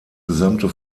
gesamte